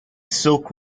silk